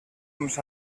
més